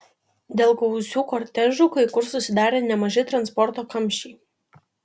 dėl gausių kortežų kai kur susidarė nemaži transporto kamščiai